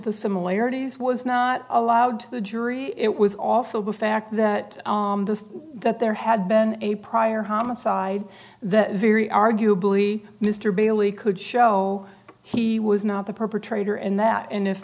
the similarities was not allowed the jury it was also the fact that the that there had been a prior homicide that very arguably mr bailey could show he was not the perpetrator and that